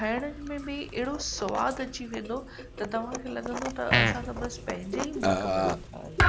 खाइण में बि अहिड़ो स्वाद अची वेंदो त तव्हां खे लॻंदो त असां त बसि पंहिंजे ई मुल्क़ में वेठा आहियूं